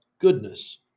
goodness